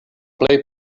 plej